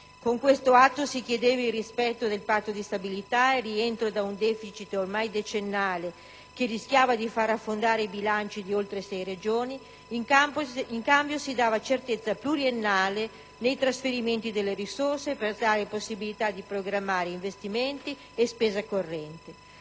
Con questo atto si chiedeva il rispetto del Patto di stabilità e il rientro da un deficit ormai decennale che rischiava di far affondare i bilanci di oltre sei Regioni; in cambio si dava certezza pluriennale nei trasferimenti delle risorse, per dare la possibilità di programmare investimenti e spesa corrente.